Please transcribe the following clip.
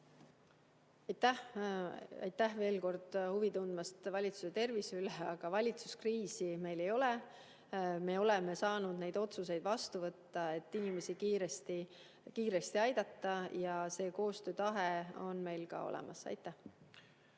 Aitäh veel kord huvi tundmast valitsuse tervise vastu! Aga valitsuskriisi meil ei ole. Me oleme saanud otsuseid vastu võtta, et inimesi kiiresti aidata, ja see koostöötahe on meil olemas. Aitäh!